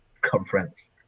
conference